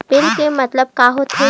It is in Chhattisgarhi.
बिल के मतलब का होथे?